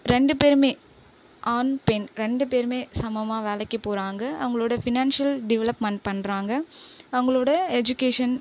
ரெண்டுபேருமே ஆண் பெண் ரெண்டு பேருமே சமமாக வேலைக்கு போகிறாங்க அவங்களோட ஃபினான்ஸியல் டெவலப்மண்ட் பண்ணுறாங்க அவங்களோட எஜுகேஷன்